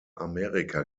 amerika